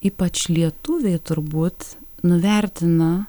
ypač lietuviai turbūt nuvertina